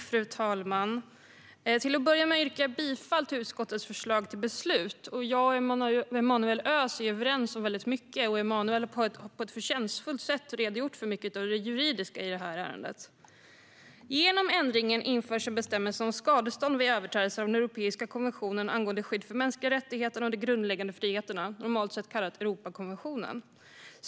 Fru talman! Jag och Emanuel Öz är överens om mycket, och Emanuel har på ett förtjänstfullt sätt redogjort för mycket av det juridiska i ärendet. Genom ändringen införs en bestämmelse om skadestånd vid överträdelser av Europeiska konventionen om skydd för de mänskliga rättigheterna och de grundläggande friheterna, normalt sett kallad Europakonventionen.